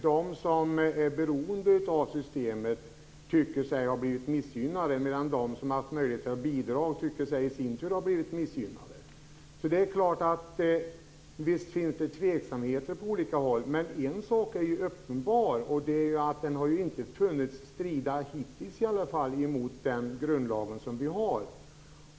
De som är beroende av systemet tycker sig ha blivit missgynnade, medan de som har haft möjlighet att bidra tycker sig i sin tur ha blivit missgynnade. Visst finns det tveksamheter. Men en sak är uppenbar, nämligen att det hittills inte har stridit mot den grundlag som finns.